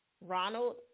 Ronald